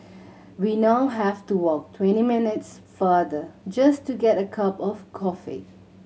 we now have to walk twenty minutes farther just to get a cup of coffee